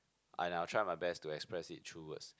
and I'll try my best to express it through words